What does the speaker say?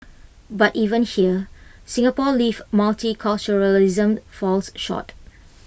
but even here Singapore's lived multiculturalism falls short